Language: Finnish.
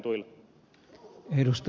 arvoisa puhemies